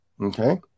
Okay